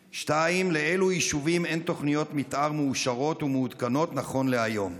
2. לאלו יישובים אין תוכניות מתאר מאושרות ומעודכנות נכון להיום?